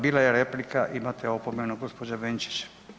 Bila je replika, imate opomenu gospođa Benčić.